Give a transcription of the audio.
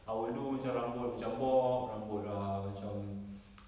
I will do macam rambut macam bob rambut uh macam